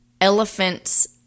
elephants